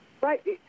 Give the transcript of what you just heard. Right